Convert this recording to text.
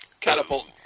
Catapult